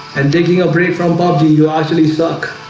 and taking a break from party you actually suck